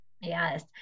Yes